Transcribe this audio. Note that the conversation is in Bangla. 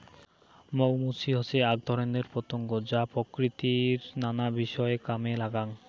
মৌ মুচি হসে আক ধরণের পতঙ্গ যা প্রকৃতির নানা বিষয় কামে লাগাঙ